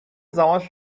زمانش